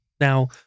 Now